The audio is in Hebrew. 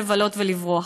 לבלות ולברוח.